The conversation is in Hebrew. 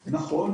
נכון,